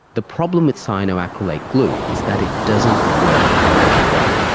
the problem with cyanoacrylate glue is that it doesn't work very well.